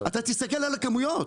אתה תסתכל על הכמויות,